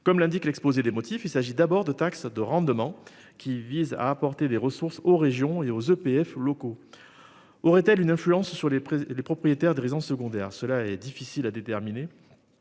comme l'indique l'exposé des motifs, il s'agit d'abord de taxe de rendement qui vise à apporter des ressources aux régions et aux EPF locaux. Aurait-elle une influence sur les les propriétaires de résidence secondaire, cela est difficile à déterminer.